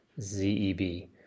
Z-E-B